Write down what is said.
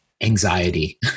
anxiety